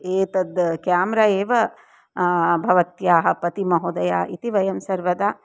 एतद् केमरा एव भवत्याः पतिमहोदयः इति वयं सर्वदा